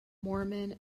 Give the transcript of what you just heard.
mormon